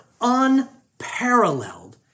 unparalleled